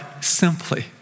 simply